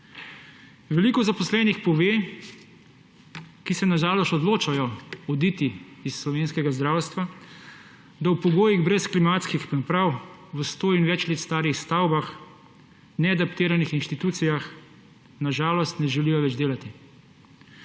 Veliko zaposlenih, ki se na žalost odločajo oditi iz slovenskega zdravstva, pove, da v pogojih brez klimatskih naprav v 100 in več let starih stavbah, neadaptiranih inštitucijah na žalost ne želijo več delati.